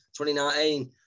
2019